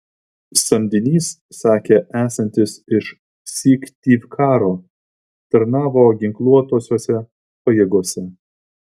samdinys sakė esantis iš syktyvkaro tarnavo ginkluotosiose pajėgose